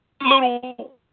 little